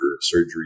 surgery